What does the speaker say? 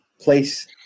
place